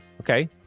Okay